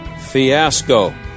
fiasco